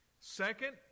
Second